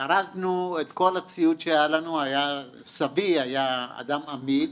ארזנו את כל הציוד שהיה לנו, סבי היה אדם אמיד,